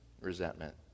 resentment